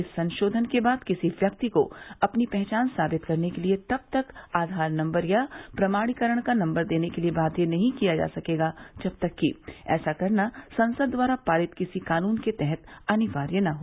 इस संशोधन के बाद किसी व्यक्ति को अपनी पहचान साबित करने के लिए तब तक आधार नम्बर या प्रमाणीकरण का नम्बर देने के लिए बाध्य नहीं किया जा सकेगा जब तक कि ऐसा करना संसद द्वारा पारित किसी कानून के तहत अनिवार्य न हो